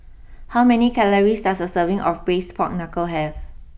how many calories does a serving of Braised Pork Knuckle have